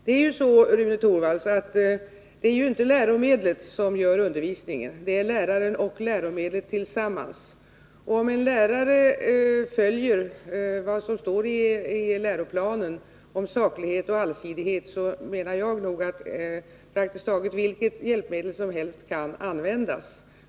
Det är ju inte läromedlet, Rune Torwald, som gör undervisningen, det är läraren och läromedlet tillsammans. Om en lärare följer vad som står i läroplanen om saklighet och allsidighet kan nog praktiskt taget vilket läromedel som helst användas.